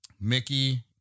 Mickey